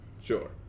sure